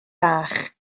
bach